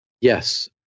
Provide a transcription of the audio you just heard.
Yes